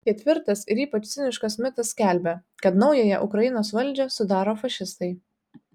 ketvirtas ir ypač ciniškas mitas skelbia kad naująją ukrainos valdžią sudaro fašistai